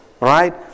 Right